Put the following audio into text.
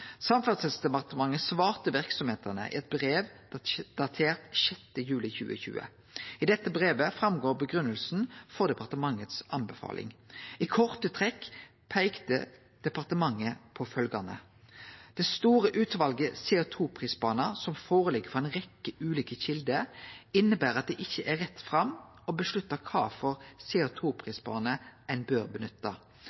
Samferdselsdepartementet svarte verksemdene i eit brev datert 6. juli 2020. I dette brevet kjem grunngivinga for anbefalinga til departementet fram. I korte trekk peikte departementet på følgjande: Det store utvalet av CO 2 -prisbanar som ligg føre frå ei rekkje ulike kjelder, inneber at det ikkje er rett fram å